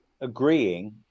agreeing